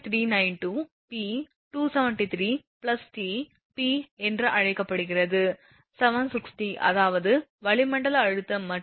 392p273t p என்று அழைக்கப்படுகிறது 760 அதாவது வளிமண்டல அழுத்தம் மற்றும் t என்பது 30 °C